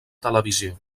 televisió